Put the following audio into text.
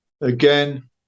again